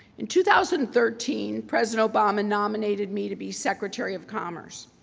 in two thousand and thirteen, president obama nominated me to be secretary of commerce.